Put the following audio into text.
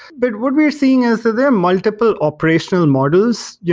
but what we're seeing is there are multiple operational and models. yeah